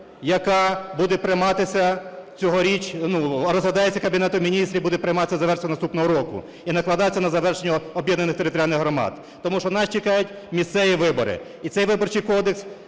яка буде прийматися цього річ … розглядається Кабінетом Міністрів, буде прийматися за …. наступного року і накладатися на завершення об'єднаних територіальних громад. Тому що нас чекають місцеві вибори, і цей Виборчий кодекс